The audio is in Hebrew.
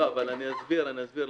אסביר.